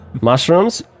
Mushrooms